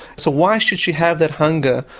so why should she have that hunger,